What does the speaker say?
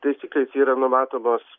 taisyklės yra numatomos